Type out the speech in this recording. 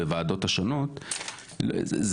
בוקר טוב, אני פותחת את הישיבה.